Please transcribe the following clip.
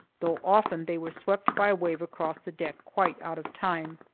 though often they were swept by a wave across the deck, quite out of time.